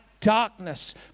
darkness